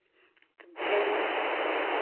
ᱛᱟᱦᱮᱸᱭᱤᱱᱟᱹᱧ